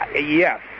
Yes